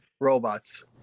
Robots